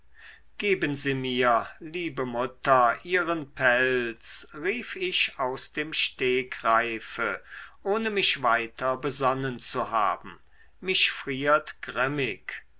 geben sie mir liebe mutter ihren pelz rief ich aus dem stegreife ohne mich weiter besonnen zu haben mich friert grimmig